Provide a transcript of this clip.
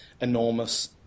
enormous